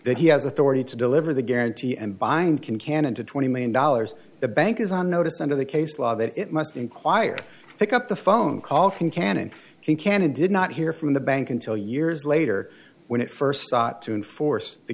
that he has authority to deliver the guarantee and bind concannon to twenty million dollars the bank is on notice under the case law that it must inquire pick up the phone call from can and he can and did not hear from the bank until years later when it first sought to enforce the